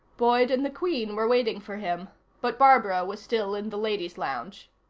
boyd and the queen were waiting for him, but barbara was still in the ladies' lounge.